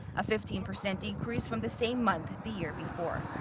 a fifteen percent decrease from the same month the year before.